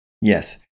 Yes